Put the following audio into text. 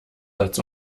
satz